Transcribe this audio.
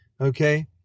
Okay